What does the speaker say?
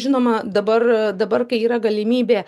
žinoma dabar dabar kai yra galimybė